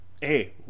hey